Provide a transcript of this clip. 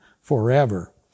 forever